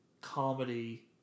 comedy